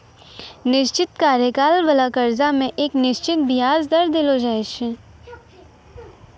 निश्चित कार्यकाल बाला कर्जा मे एक निश्चित बियाज दर देलो जाय छै